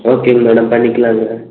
ஓகேங்க மேடம் பண்ணிக்கலாம்ங்க